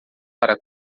para